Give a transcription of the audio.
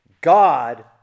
God